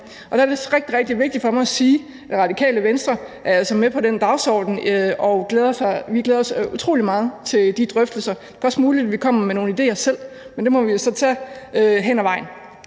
Der er det rigtig, rigtig vigtigt for mig at sige, at Radikale Venstre altså er med på den dagsorden, og vi glæder os utrolig meget til de drøftelser. Det er også muligt, at vi kommer med nogle idéer selv, men det må vi jo så tage hen ad vejen.